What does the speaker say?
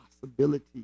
possibility